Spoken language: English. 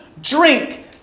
drink